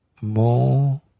more